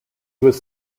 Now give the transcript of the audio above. was